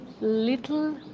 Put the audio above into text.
little